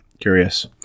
curious